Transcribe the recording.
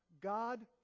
God